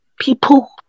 people